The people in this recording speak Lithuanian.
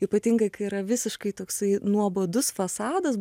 ypatingai kai yra visiškai toksai nuobodus fasadas